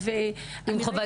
יש חובת